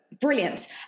brilliant